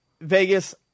Vegas